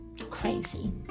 crazy